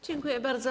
Dziękuję bardzo.